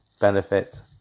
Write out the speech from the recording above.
benefit